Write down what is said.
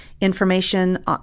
information